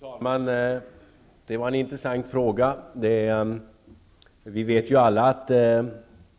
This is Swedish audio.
Fru talman! Det var en intressant fråga. Vi vet ju alla att det